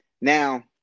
Now